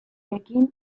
ekin